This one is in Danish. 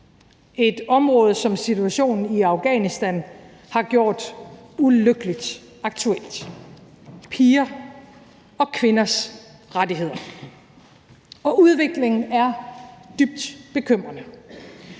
et område, som situationen i Afghanistan har gjort ulykkeligt aktuelt: piger og kvinders rettigheder. Og udviklingen er dybt bekymrende.